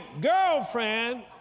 girlfriend